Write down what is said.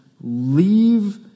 leave